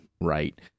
Right